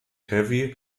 heavy